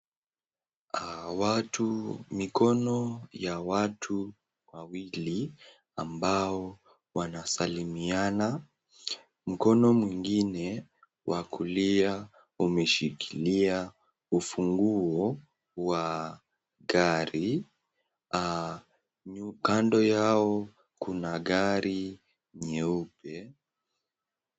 Aah, mikono ya watu wawili ambao wanasalimiana, mkono mwingine wa kulia umeshikilia ufunguo wa gari. Aah, kando yao kuna gari nyeupe.